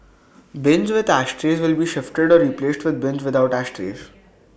bins with ashtrays will be shifted or replaced with bins without ashtrays